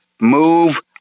move